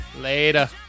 Later